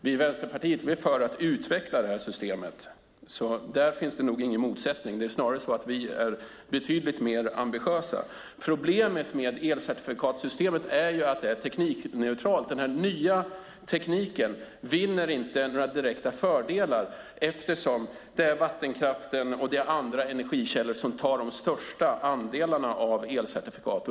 Vi i Vänsterpartiet är för att utveckla systemet, så här finns ingen motsättning. Det är snarare så att vi är betydligt mer ambitiösa. Problemet med elcertifikatssystemet är att det är teknikneutralt. Den nya tekniken vinner inga direkta fördelar eftersom vattenkraften och andra energikällor tar de största andelarna av elcertifikaten.